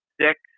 six